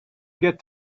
get